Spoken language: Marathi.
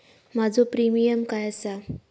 माझो प्रीमियम काय आसा?